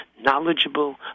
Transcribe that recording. knowledgeable